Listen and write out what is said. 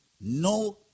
No